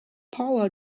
paula